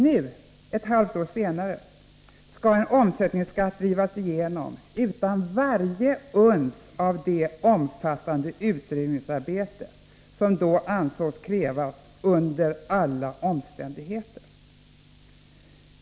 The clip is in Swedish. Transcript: Nu, ett halvt år senare, skall en omsättningsskatt drivas igenom utan varje uns av det ”omfattande utredningsarbete” som då ansågs krävas ”under alla omständigheter”.